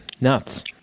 Nuts